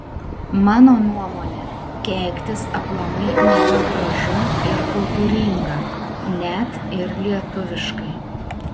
mano nuomone keiktis aplamai nėra gražu ir kultūringa net ir lietuviškai